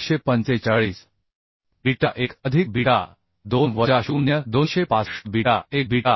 145 beta 1 अधिक beta 2 वजा 0 265 beta 1 beta